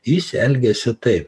jis elgiasi taip